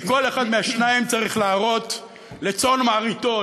כי כל אחד מהשניים צריך להראות לצאן מרעיתו,